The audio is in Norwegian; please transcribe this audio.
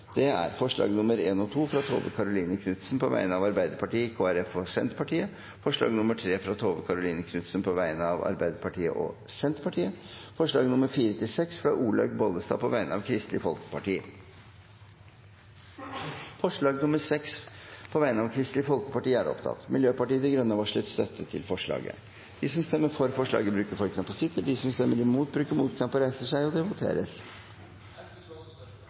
alt seks forslag. Det er forslagene nr. 1 og 2, fra Tove Karoline Knutsen på vegne av Arbeiderpartiet, Kristelig Folkeparti og Senterpartiet forslag nr. 3, fra Tove Karoline Knutsen på vegne av Arbeiderpartiet og Senterpartiet forslagene nr. 4–6, fra Olaug V. Bollestad på vegne av Kristelig Folkeparti Det voteres over forslag nr. 6, fra Kristelig Folkeparti. Forslaget lyder: «Stortinget ber regjeringen sikre eldre reell rett til å bytte pleier/omsorgsgiver hvis vedkommende ikke er komfortabel med dem som yter personlig pleie og omsorg.» Miljøpartiet De Grønne har varslet støtte til forslaget.